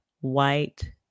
white